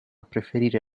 preferire